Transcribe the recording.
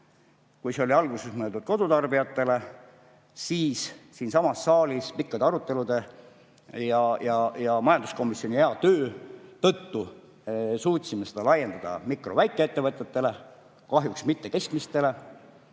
Kui see oli alguses mõeldud kodutarbijatele, siis siinsamas saalis pikkade arutelude ja majanduskomisjoni hea töö tulemusena suutsime seda laiendada mikro- ja väikeettevõtetele, kahjuks mitte keskmistele,